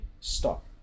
stop